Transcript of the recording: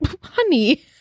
honey